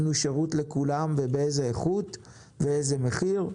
החלוקה יתנו שירות לכולם ובאיזו איכות ובאיזה מחיר,